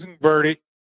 birdie